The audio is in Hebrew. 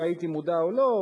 אם הייתי מודע או לא,